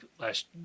last